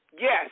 Yes